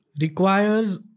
requires